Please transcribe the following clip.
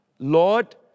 Lord